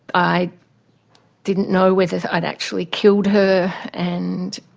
i didn't know whether i'd actually killed her and